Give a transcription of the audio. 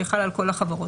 שחלה על כל החברות,